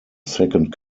second